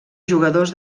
jugadors